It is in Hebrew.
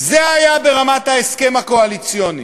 זה היה ברמת ההסכם הקואליציוני,